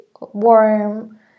warm